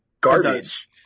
garbage